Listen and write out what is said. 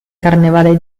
carnevale